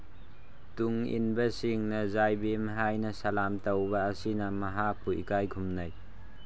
ꯇꯨꯡ ꯏꯟꯕꯁꯤꯡꯅ ꯖꯥꯏ ꯚꯤꯝ ꯍꯥꯏꯅ ꯁꯂꯥꯝ ꯇꯧꯕ ꯑꯁꯤꯅ ꯃꯍꯥꯛꯄꯨ ꯏꯀꯥꯏ ꯈꯨꯝꯅꯩ